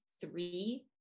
three